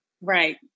Right